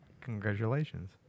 Congratulations